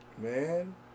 Man